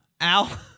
Al